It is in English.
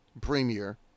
Premier